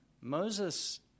Moses